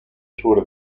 sur